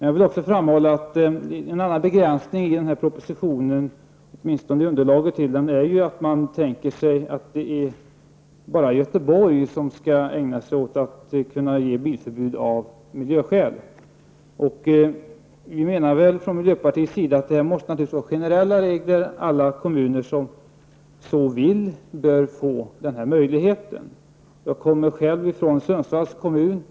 Jag vill också framhålla en annan begränsning i propositionen, eller åtminstone i underlaget till den. Man tänker sig att det bara är i Göteborg som det kan utfärdas bilförbud av miljöskäl. Vi i miljöpartiet menar att det naturligtvis måste vara generella regler. Alla kommuner som så vill bör få denna möjlighet. Jag kommer själv från Sundsvalls kommun.